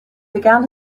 began